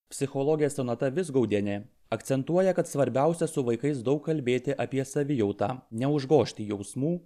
psichologė sonata vizgaudienė akcentuoja kad svarbiausia su vaikais daug kalbėti apie savijautą neužgožti jausmų